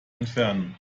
entfernen